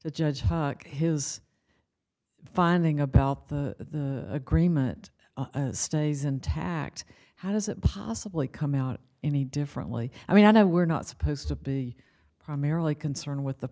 the judge his finding about the agreement stays intact how does it possibly come out any differently i mean i know we're not supposed to be primarily concerned with the